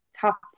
top